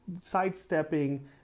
sidestepping